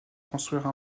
construire